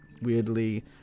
weirdly